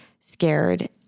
scared